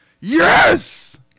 Yes